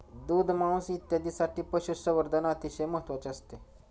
दूध, मांस इत्यादींसाठी पशुसंवर्धन अतिशय महत्त्वाचे असते